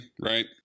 right